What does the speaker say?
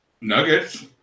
Nuggets